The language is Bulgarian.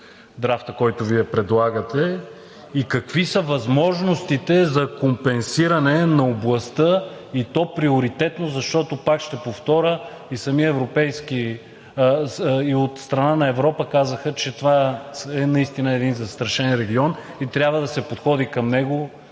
драфта, който Вие предлагате, и какви са възможностите за компенсиране на областта, и то приоритетно? Защото, пак ще повторя, и от страна на Европа казаха, че това наистина е един застрашен регион и трябва да се подходи към него